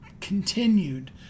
continued